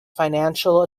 financial